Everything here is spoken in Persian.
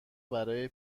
برای